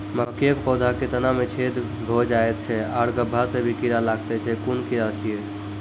मकयक पौधा के तना मे छेद भो जायत छै आर गभ्भा मे भी कीड़ा लागतै छै कून कीड़ा छियै?